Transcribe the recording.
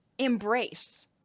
embrace